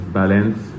balance